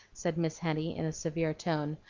said miss henny in a severe tone,